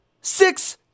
six